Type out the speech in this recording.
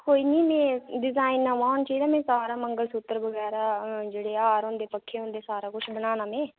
कोई नी में डिजाइन नमां होना चाही दा में सारा मंगल सूत्र बगैरा हैन जेह्ड़े हार हुंदे पक्खे हुंदे सारा किश बनाना में